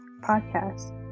podcast